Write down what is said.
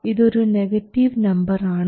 ഇതൊരു negative number ആണ്